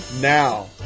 Now